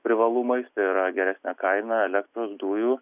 privalumais yra geresnė kaina elektros dujų